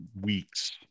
weeks